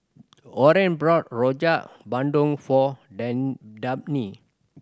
Orene bought Rojak Bandung for then Dabney